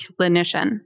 clinician